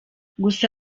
gusa